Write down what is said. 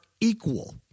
equal